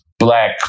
Black